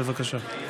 בבקשה.